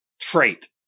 trait